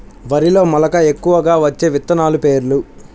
వరిలో మెలక ఎక్కువగా వచ్చే విత్తనాలు పేర్లు?